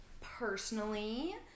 personally